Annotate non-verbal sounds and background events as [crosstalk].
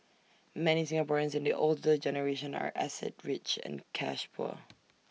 many Singaporeans in the older generation are asset rich and cash poor [noise]